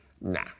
Nah